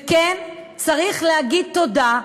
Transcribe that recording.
וכן, צריך להגיד תודה,